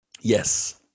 Yes